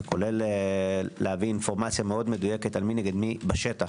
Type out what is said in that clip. כולל להביא אינפורמציה מאוד מדויקת על מי נגד מי בשטח,